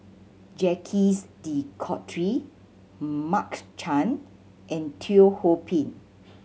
Jacques De Coutre Mark Chan and Teo Ho Pin